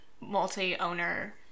multi-owner